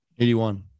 81